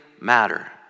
matter